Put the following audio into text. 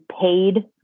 paid